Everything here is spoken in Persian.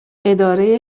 اداره